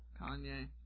Kanye